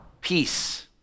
peace